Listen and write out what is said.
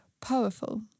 powerful